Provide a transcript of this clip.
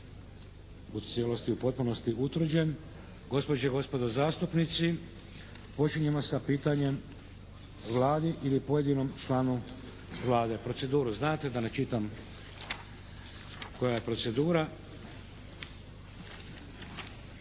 **Šeks, Vladimir (HDZ)** Gospođe i gospodo zastupnici, počinjemo sa pitanjem Vladi ili pojedinom članu Vlade. Proceduru znate, da ne čitam koja je procedura.